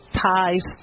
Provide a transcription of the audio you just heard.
ties